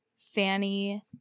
Fanny